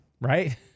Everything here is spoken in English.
right